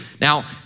Now